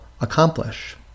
accomplish